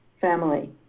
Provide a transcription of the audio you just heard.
family